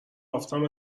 رفتم